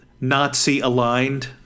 Nazi-aligned